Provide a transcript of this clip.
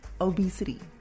Obesity